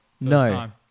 no